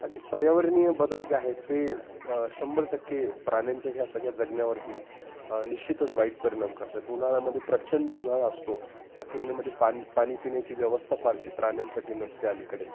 बाकी पर्यावरणीय बदल जे आहेत ते शंभर टक्के प्राण्यांच्या ह्या सगळ्या जगण्यावरती निश्चितच वाईट परिणाम करत आहेत उन्हाळ्यामध्ये प्रचंड उन्हाळा असतो त्या तुलनेमध्ये पान पाणी पिण्याची व्यवस्था फारशी प्राण्यांसाठी नसते अलीकडे